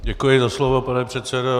Děkuji za slovo, pane předsedo.